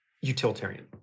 utilitarian